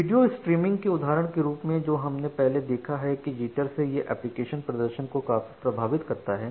video streaming के उदाहरण के रूप में जो हमने पहले देखा है कि जिटर से यह एप्लिकेशन प्रदर्शन को काफी प्रभावित करता है